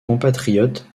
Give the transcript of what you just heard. compatriote